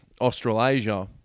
Australasia